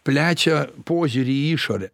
plečia požiūrį į išorę